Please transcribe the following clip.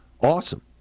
awesome